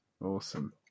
Awesome